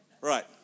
Right